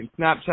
Snapchat